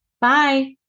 Bye